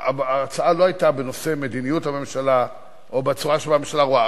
ההצעה לא היתה בנושא מדיניות הממשלה או בצורה שבה הממשלה רואה.